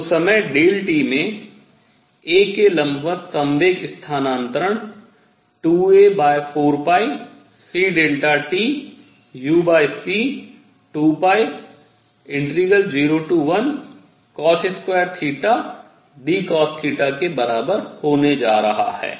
तो समय t में a के लंबवत संवेग स्थानांतरण 2a4ctuc201θdcosθ के बराबर होने जा रहा है